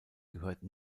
gehörte